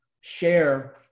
share